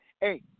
Hey